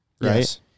Right